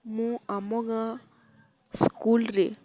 ମୁଁ ଆମ ଗାଁ ସ୍କୁଲରେ